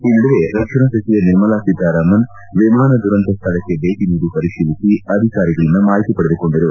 ಈ ನಡುವೆ ರಕ್ಷಣಾ ಸಚಿವೆ ನಿರ್ಮಲಾ ಸೀತಾರಾಮನ್ ವಿಮಾನ ದುರಂತ ಸ್ಥಳಕ್ಕೆ ಭೇಟಿ ನೀಡಿ ಪರಿತೀಲಿಸಿ ಅಧಿಕಾರಿಗಳಿಂದ ಮಾಹಿತಿ ಪಡೆದುಕೊಂಡರು